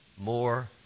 more